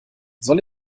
soll